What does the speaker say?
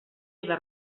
eva